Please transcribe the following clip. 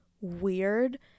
weird